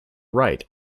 right